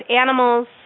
animals